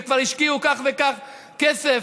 וכבר השקיעו כך וכך כסף,